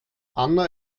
anna